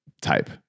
type